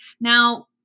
Now